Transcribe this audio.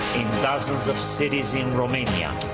dozens of cities in romania,